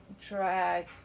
drag